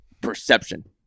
perception